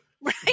Right